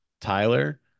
Tyler